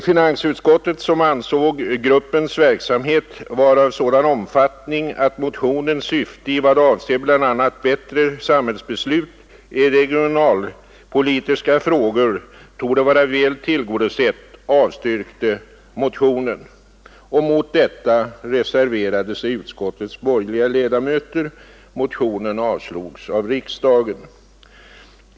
Finansutskottet, som ansåg gruppens verksamhet vara av sådan omfattning att motionens syfte i vad avser bl.a. bättre samhällsbeslut i regionalpolitiska frågor torde vara väl tillgodosett, avstyrkte motionen. Mot detta reserverade sig utskottets borgerliga ledamöter. Motionen avslogs av riksdagen.